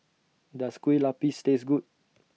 Does Kueh Lupis Taste Good